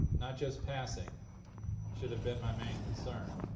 not just passing should have been my main concern.